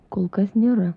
kol kas nėra